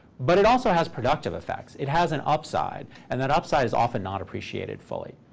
but it also has productive effects. it has an upside. and that upside is often not appreciated fully.